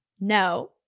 no